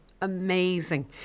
amazing